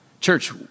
Church